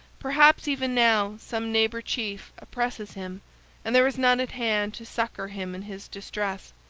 perhaps even now some neighbor chief oppresses him and there is none at hand to succor him in his distress.